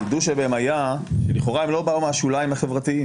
החידוש שבהן היה שלכאורה הן לא באו מהשוליים החברתיים,